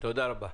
תודה רבה.